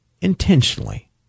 intentionally